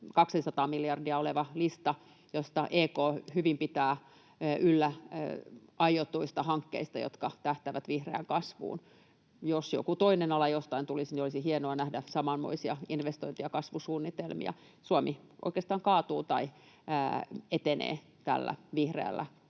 200 miljardia oleva lista, josta EK hyvin pitää yllä aiotuista hankkeista, jotka tähtäävät vihreään kasvuun. Jos joku toinen ala jostain tulisi, niin olisi hienoa nähdä samanmoisia investointi- ja kasvusuunnitelmia. Suomi oikeastaan kaatuu tai etenee tällä vihreällä kasvutahdilla,